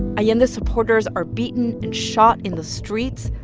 yeah and supporters are beaten and shot in the streets.